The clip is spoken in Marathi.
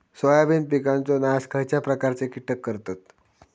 सोयाबीन पिकांचो नाश खयच्या प्रकारचे कीटक करतत?